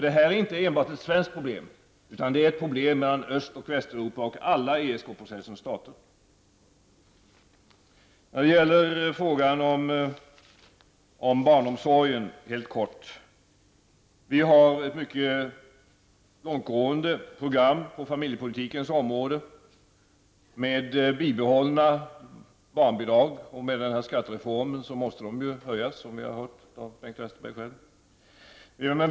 Det här är inte enbart ett svenskt problem utan ett problem mellan Öst och Västeuropa och alla ESK När det gäller frågan om barnomsorgen vill jag säga helt kort: Vi har ett mycket långtgående program på familjepolitikens område med bibehållna barnbidrag, och med skattereformen måste ju dessa höjas, som vi har hört av Bengt Westerberg själv.